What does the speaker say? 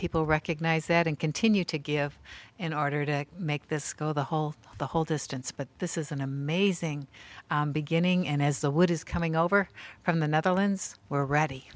people recognize that and continue to give an order to make this go the whole the whole distance but this is an amazing beginning and as the wood is coming over from the netherlands where ready